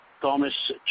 Thomas